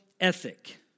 ethic